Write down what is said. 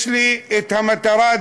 יש לי את המטרה,